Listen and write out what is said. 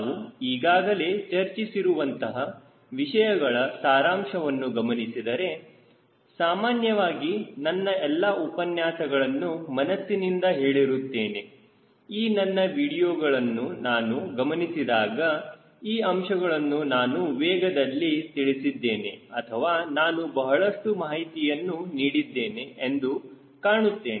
ನಾವು ಈಗಾಗಲೇ ಚರ್ಚಿಸಿರುವಂತಹ ವಿಷಯಗಳ ಸಾರಾಂಶವನ್ನು ಗಮನಿಸಿದರೆ ಸಾಮಾನ್ಯವಾಗಿ ನನ್ನ ಎಲ್ಲಾ ಉಪನ್ಯಾಸಗಳನ್ನು ಮನಸ್ಸಿನಿಂದ ಹೇಳಿರುತ್ತೇನೆ ಈ ನನ್ನ ವಿಡಿಯೋಗಳನ್ನು ನಾನು ಗಮನಿಸಿದಾಗ ಈ ಅಂಶಗಳನ್ನು ನಾನು ವೇಗದಲ್ಲಿ ತಿಳಿಸಿದ್ದೇನೆ ಅಥವಾ ನಾನು ಬಹಳಷ್ಟು ಮಾಹಿತಿಯನ್ನು ನೀಡಿದ್ದೇನೆ ಎಂದು ಕಾಣುತ್ತೇನೆ